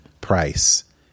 price